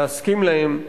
תוכל להסכים להם.